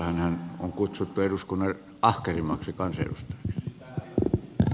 häntähän on kutsuttu eduskunnan ahkerimmaksi kansanedustajaksi